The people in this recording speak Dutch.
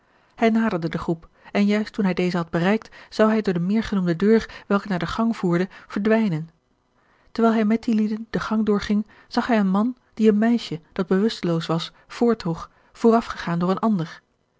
hij naderde de groep en juist toen hij deze had bereikt zou hij door de meergenoemde deur welke naar den gang voerde verdwijnen terwijl hij met die lieden den gang doorging zag hij een man die een meisje dat bewusteloos was voortdroeg voorafgegaan door een ander